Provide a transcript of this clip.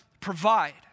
provide